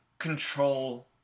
control